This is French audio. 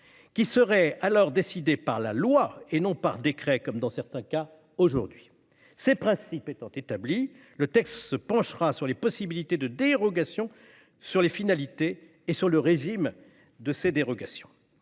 qui serait alors décidée par la loi et non par décret, comme dans certains cas aujourd'hui. Ces principes étant établis, le texte prévoit ensuite les possibilités de dérogations, ainsi que les finalités et le régime de celles-ci.